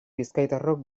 bizkaitarrok